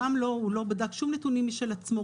הוא גם לא בדק שום נתונים משל עצמו,